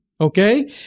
Okay